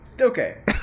Okay